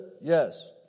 Yes